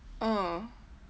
ah